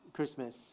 Christmas